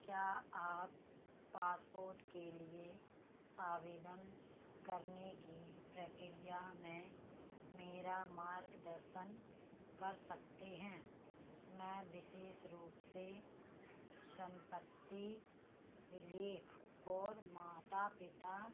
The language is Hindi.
क्या आप पासपोर्ट के लिए आवेदन करने के प्रक्रिया में मेरा मार्गदर्शन कर सकते हैं मैं विशेष रूप से सम्पत्ति लेख और माता पिता